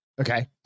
Okay